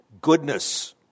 Goodness